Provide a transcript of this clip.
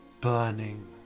burning